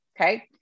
okay